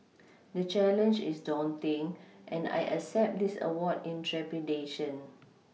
the challenge is daunting and I accept this award in trepidation